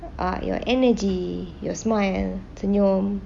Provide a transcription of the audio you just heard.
ah your energy your smile and your